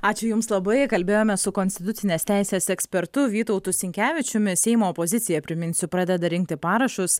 ačiū jums labai kalbėjome su konstitucinės teisės ekspertu vytautu sinkevičiumi seimo opozicija priminsiu pradeda rinkti parašus